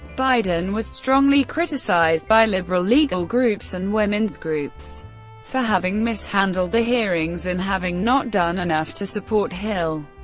biden was strongly criticized by liberal legal groups and women's groups for having mishandled the hearings and having not done enough to support hill.